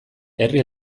herri